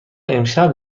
امشب